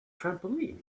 trampoline